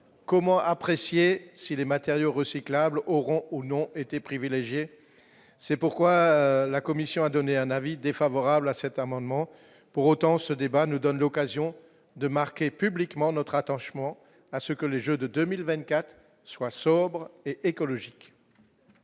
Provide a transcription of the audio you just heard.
comment apprécier si les matériaux recyclables auront ou non été privilégiée, c'est pourquoi la Commission a donné un avis défavorable à cet amendement pour autant ce débat nous donne l'occasion de marquer publiquement notre attention à ce que les Jeux de 2024 soit sobre et écologique.